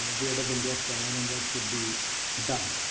where does india stand, and what should be done.